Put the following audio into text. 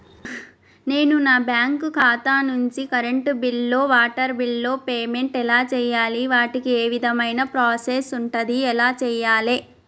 నేను నా బ్యాంకు ఖాతా నుంచి కరెంట్ బిల్లో వాటర్ బిల్లో పేమెంట్ ఎలా చేయాలి? వాటికి ఏ విధమైన ప్రాసెస్ ఉంటది? ఎలా చేయాలే?